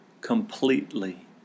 completely